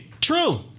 True